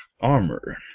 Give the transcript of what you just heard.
armor